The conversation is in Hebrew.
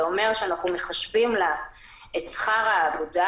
זה אומר שאנחנו מחשבים לה את שכר העבודה